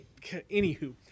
anywho